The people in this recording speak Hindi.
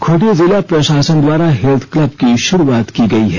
खूंटी जिला प्रशासन द्वारा हेल्थ क्लब की शुरूआत की गई है